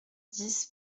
dix